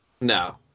No